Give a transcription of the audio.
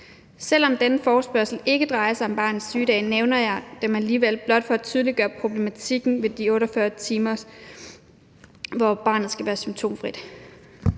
Selv om denne forespørgsel ikke drejer sig om barnets sygedage, nævner jeg dem alligevel, blot for at tydeliggøre problematikken med de 48 timer, hvor barnet skal være symptomfrit.